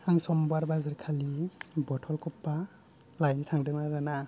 आं समबार बाजारखालि बथल कफा लायनो थांदोंमोन आरो ना